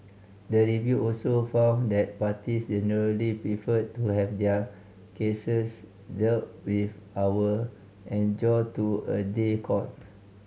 the review also found that parties generally preferred to have their cases dealt with our adjourned to a day court